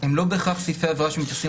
יכול להיות,